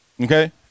Okay